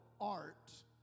art